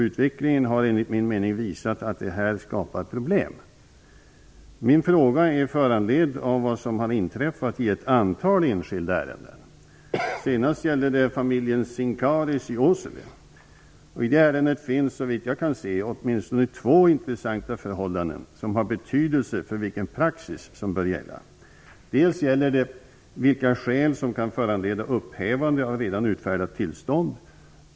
Utvecklingen har, enligt min mening, visat att det här skapar problem. Min fråga är föranledd av vad som inträffat i ett antal enskilda ärenden. Senast gällde det familjen Sincaris i Åsele. I det ärendet finns, såvitt jag kan se, åtminstone två intressanta förhållanden som har betydelse för vilken praxis som bör gälla. Dels gäller det vilka skäl som kan föranleda upphävande av redan utfärdat tillstånd.